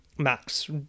Max